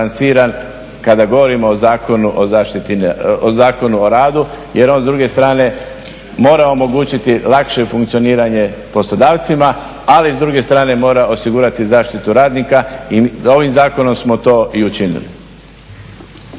o zaštiti, o Zakonu o radu jer on s druge strane mora omogućiti lakše funkcioniranje poslodavcima, ali s druge strane mora osigurati zaštitu radnika i ovim zakonom smo to i učinili.